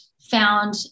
found